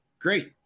great